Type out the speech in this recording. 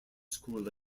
school